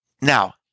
Now